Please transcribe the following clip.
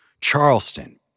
Charleston